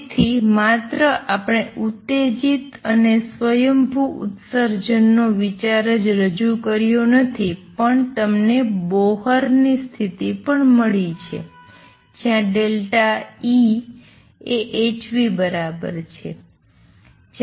તેથી માત્ર આપણે ઉત્તેજીત અને સ્વયંભૂ ઉત્સર્જનનો વિચાર જ રજૂ કર્યો નથી પણ તમને બોહર ની સ્થિતિ પણ મળી છે જ્યાં ∆E એ hv બરાબર છે